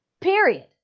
Period